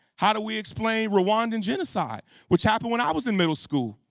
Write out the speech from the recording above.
how do we explain rwandan genocide, which happened when i was in middle school?